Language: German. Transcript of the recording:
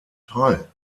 teil